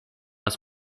its